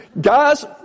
Guys